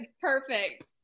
perfect